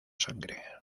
sangre